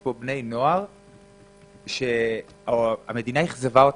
יש פה בני נוער שהמדינה אכזבה אותם.